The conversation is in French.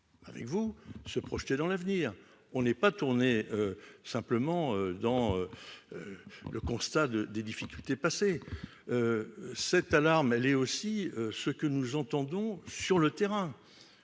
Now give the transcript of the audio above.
avec vous, se projeter dans l'avenir, on n'est pas tourner simplement dans le constat de des difficultés passées cette alarme, elle est aussi ce que nous entendons sur le terrain,